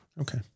okay